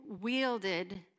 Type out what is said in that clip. wielded